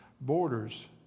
Borders